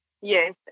Yes